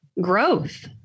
growth